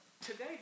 today